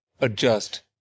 adjust